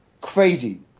crazy